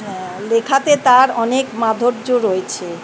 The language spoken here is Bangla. হ্যাঁ লেখাতে তার অনেক মাধুর্য রয়েছে